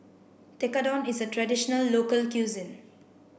Tekkadon is a traditional local cuisine